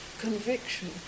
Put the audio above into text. conviction